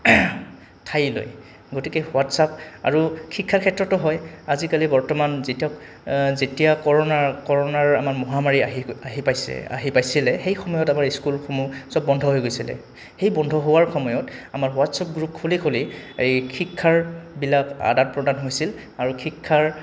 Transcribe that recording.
ঠাই লৈ গতিকে হোৱাটছএপ আৰু শিক্ষাৰ ক্ষেত্ৰতো হয় আজিকালি বৰ্তমান যিটোক যেতিয়া কোৰোণা কোৰোণাৰ আমাৰ মহামাৰী আহিল আহি পাইছে আহি পাইছিলে সেই সময়ত আমাৰ স্কুলসমূহ চব বন্ধ হৈ গৈছিলে সেই বন্ধ হোৱাৰ সময়ত আমাৰ হোৱাটছএপ গ্ৰুপ খুলি খুলি এই শিক্ষাৰবিলাক আদান প্ৰদান হৈছিল আৰু শিক্ষাৰ